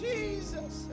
Jesus